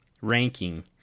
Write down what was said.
ranking